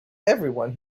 everyone